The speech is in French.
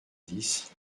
dix